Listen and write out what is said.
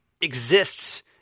exists